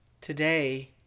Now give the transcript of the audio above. Today